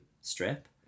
strip